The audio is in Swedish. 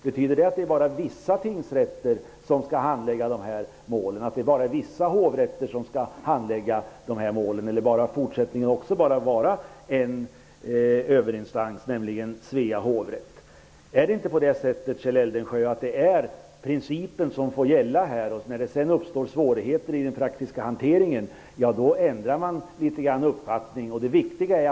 Betyder det att det bara är vissa tingsrätter som skall handlägga de här målen och att det i fortsättningen bara skall vara en överinstans, nämligen Svea hovrätt? Är det inte principen som får gälla här, Kjell Eldensjö? När det sedan uppstår svårigheter i den praktiska hanteringen ändrar man uppfattning litet grand.